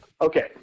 Okay